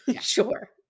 Sure